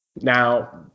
Now